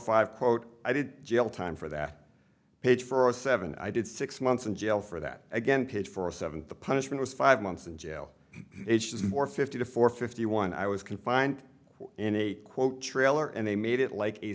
five quote i did jail time for that page for seven i did six months in jail for that again cage for a seventh the punishment was five months in jail it was more fifty to four fifty one i was confined in a quote trailer and they made it like